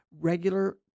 regular